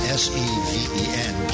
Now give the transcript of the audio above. s-e-v-e-n